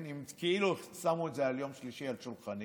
זה כאילו שמו את זה ביום שלישי על שולחני,